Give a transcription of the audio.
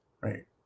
right